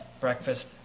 breakfast